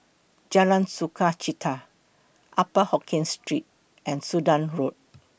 Jalan Sukachita Upper Hokkien Street and Sudan Road